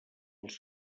els